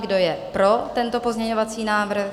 Kdo je pro tento pozměňovací návrh?